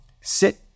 sit